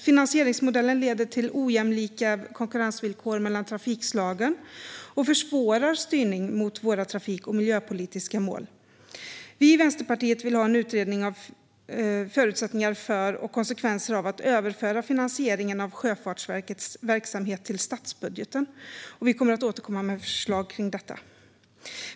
Finansieringsmodellen leder till ojämlika konkurrensvillkor mellan trafikslagen och försvårar styrning mot våra trafik och miljöpolitiska mål. Vi i Vänsterpartiet vill ha en utredning av förutsättningar för och konsekvenser av att överföra finansieringen av Sjöfartsverkets verksamhet till statsbudgeten. Vi kommer att återkomma med förslag om detta.